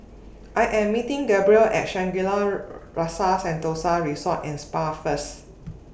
I Am meeting Gabrielle At Shangri La's Rasa Sentosa Resort and Spa First